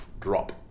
drop